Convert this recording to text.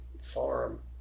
farm